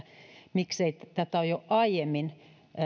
miksei tähän ole jo aiemmin